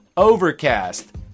overcast